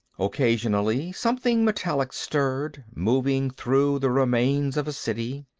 occasionally something metallic stirred, moving through the remains of a city,